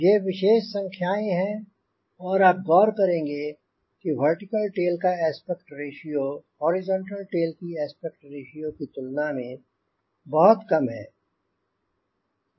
ये विशेष संख्याएंँ हैं और आप गौर करेंगे कि वर्टिकल टेल का एस्पेक्ट रेश्यो हॉरिजॉन्टल टेल की एस्पेक्ट रेश्यो की तुलना में बहुत कम है